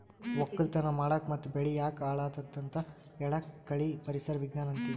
ವಕ್ಕಲತನ್ ಮಾಡಕ್ ಮತ್ತ್ ಬೆಳಿ ಯಾಕ್ ಹಾಳಾದತ್ ಅಂತ್ ಹೇಳಾಕ್ ಕಳಿ ಪರಿಸರ್ ವಿಜ್ಞಾನ್ ಅಂತೀವಿ